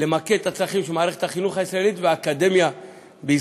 למקד את הצרכים של מערכת החינוך הישראלית והאקדמיה בישראל.